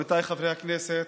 עמיתיי חברי הכנסת,